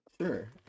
Sure